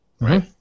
right